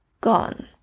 gone